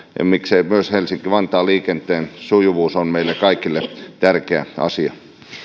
miksei myös helsinki vantaan liikenteen sujuvuus se on meille kaikille tärkeä asia